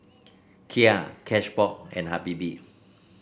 Kia Cashbox and Habibie